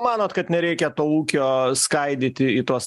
manot kad nereikia to ūkio skaidyti į tuos